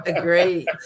Great